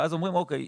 ואז אומרים אוקיי,